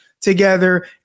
together